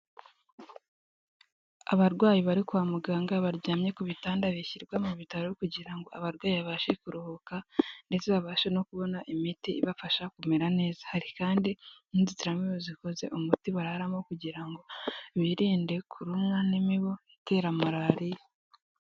Abarwayi bari kwa muganga baryamye ku bitanda bishyirwa mu bitaro kugira ngo abarwayi babashe kuruhuka ndetse babashe no kubona imiti ibafasha kumera neza, hari kandi inzitiramibu zikoze umuti bararamo kugira ngo birinde kurumwa n'imibu itera malariya.